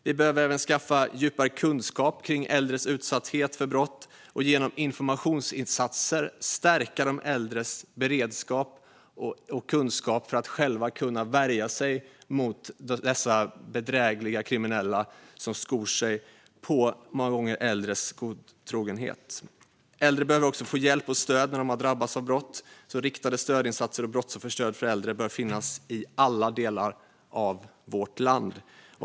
Vi behöver även skaffa djupare kunskap om äldres utsatthet för brott och genom informationsinsatser stärka de äldres beredskap och kunskap för att de själva ska kunna värja sig mot dessa bedrägliga kriminella, som många gånger skor sig på äldres godtrogenhet. Äldre behöver också få hjälp och stöd när de har drabbats av brott. Riktade stödinsatser och brottsofferstöd för äldre bör finnas i alla delar av vårt land.